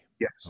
Yes